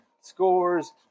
scores